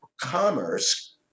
commerce